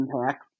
impact